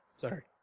Sorry